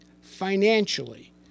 financially